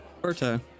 Berta